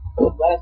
Last